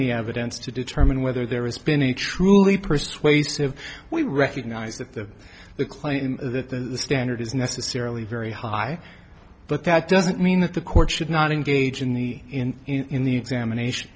the evidence to determine whether there has been a truly persuasive we recognize that the claim that the standard is necessarily very high but that doesn't mean that the court should not engage in the in the examination